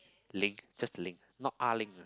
Ling just Ling not Ah-Ling